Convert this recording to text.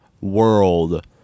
world